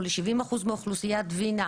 או ל-70% מאוכלוסיית וינה,